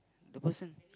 the person